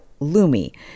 Lumi